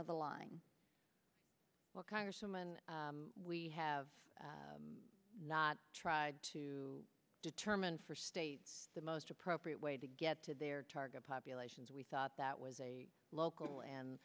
of the line well congresswoman we have not tried to determine for states the most appropriate way to get to their target populations we thought that was a local and